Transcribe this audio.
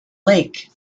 lake